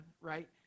right